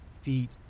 feet